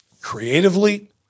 Creatively